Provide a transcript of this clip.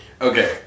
Okay